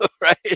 right